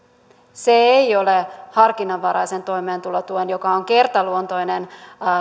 se ei ole harkinnanvaraisen toimeentulotuen asia joka on kertaluontoinen